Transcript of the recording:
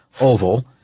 oval